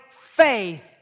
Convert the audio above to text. faith